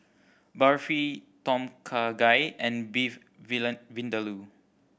Barfi Tom Kha Gai and Beef Vindaloo